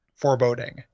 foreboding